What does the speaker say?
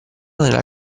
nella